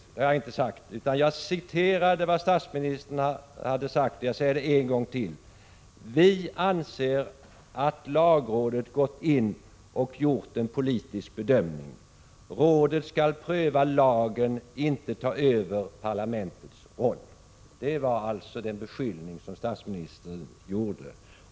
Det har jag inte sagt. Jag citerade statsministern. Låt mig upprepa det en gång till: ”Vi anser att lagrådet gått in och gjort en politisk bedömning. Rådet skall pröva lagen, inte ta över parlamentets roll.” Det var alltså den beskyllning som statsministern gjorde.